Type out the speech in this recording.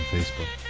Facebook